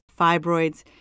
fibroids